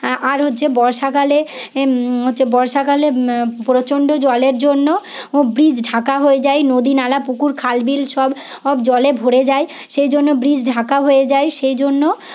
আর হচ্ছে বর্ষাকালে হচ্ছে বর্ষাকালে প্ৰচণ্ড জলের জন্য ব্রিজ ঢাকা হয়ে যায় নদী নালা পুকুর খাল বিল সব সব জলে ভরে যায় সেই জন্য ব্রিজ ঢাকা হয়ে যায় সেই জন্য